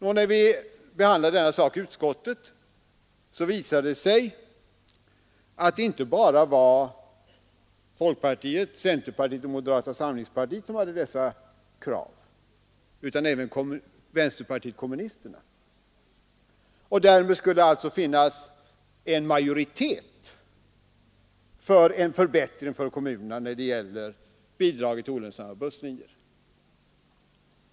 När utskottet behandlade denna fråga visade det sig att inte bara folkpartiet, centerpartiet och moderata samlingspartiet hade dessa krav utan även vänsterpartiet kommunisterna. Därmed skulle det alltså finnas en majoritet för en förbättring för kommunerna när det gäller bidrag till olönsamma busslinjer.